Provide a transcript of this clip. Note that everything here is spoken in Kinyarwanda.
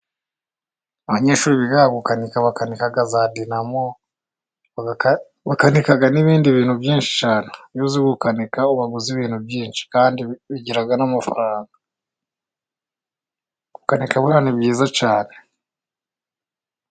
Abanyeshuri biga gukanika, bakanika za dinamo, bakanika n'ibindi bintu byinshi cyane, iyo uzi gukanika uba uzi ibintu byinshi, kandi bigira n'amafaranga, gukanika buriya ni byiza cyane.